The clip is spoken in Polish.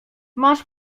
masz